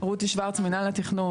אני רותי שורץ, מינהל התכנון.